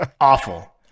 Awful